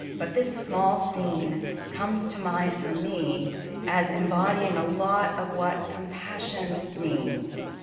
but this small scene comes to mind for me as embodying a lot of what compassion means.